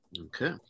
Okay